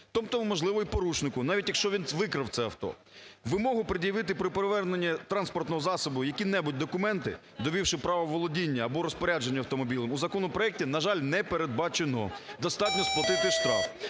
Тобто, можливо, й порушнику. Навіть якщо він викрав це авто. Вимогу пред'явити при поверненні транспортного засобу які-небудь документи, довівши право володіння або автомобілем у законопроекті, на жаль, не передбачено. Достатньо сплатити штраф.